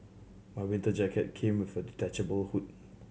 my winter jacket came with a detachable hood